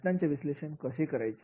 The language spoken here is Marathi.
घटनांचे विश्लेषण कसे करायचे